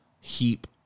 heap